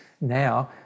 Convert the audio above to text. Now